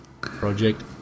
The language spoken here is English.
Project